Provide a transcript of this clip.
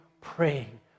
praying